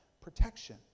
protection